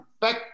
back